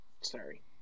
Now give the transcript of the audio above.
sorry